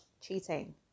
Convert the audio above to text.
cheating